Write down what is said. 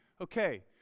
Okay